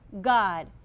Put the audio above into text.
God